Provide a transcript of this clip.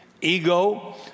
ego